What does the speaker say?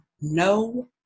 no